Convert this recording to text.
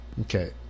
Okay